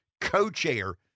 co-chair